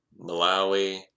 Malawi